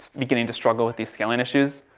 beginning to struggle with these scaling issues,